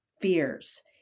fears